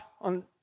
on